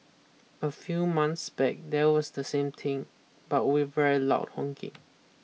a few months back there was the same thing but with very loud honking